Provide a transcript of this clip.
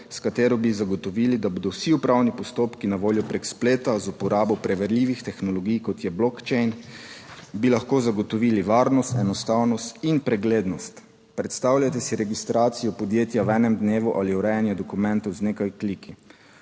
s katero bi zagotovili, da bodo vsi upravni postopki na voljo prek spleta. z uporabo preverljivih tehnologij, kot je blockchain, bi lahko zagotovili varnost, enostavnost in preglednost. Predstavljajte si registracijo podjetja v enem dnevu ali urejanje dokumentov z nekaj kliki.